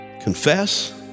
Confess